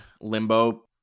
limbo